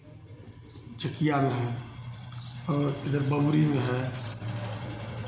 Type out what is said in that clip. चकिया में है और इधर बबुरी में है